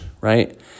right